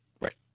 Right